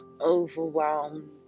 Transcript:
overwhelmed